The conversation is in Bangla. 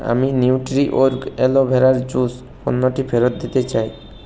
আমি নিউট্রিওর্গ অ্যালোভেরার জুস পণ্যটি ফেরত দিতে চাই